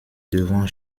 devant